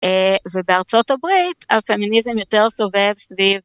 ובארצות הברית הפמיניזם יותר סובב סביב